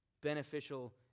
beneficial